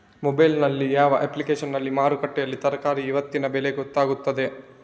Mobile ನಲ್ಲಿ ಯಾವ ಅಪ್ಲಿಕೇಶನ್ನಲ್ಲಿ ಮಾರುಕಟ್ಟೆಯಲ್ಲಿ ತರಕಾರಿಗೆ ಇವತ್ತಿನ ಬೆಲೆ ಗೊತ್ತಾಗುತ್ತದೆ?